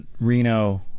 Reno